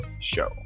show